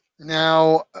Now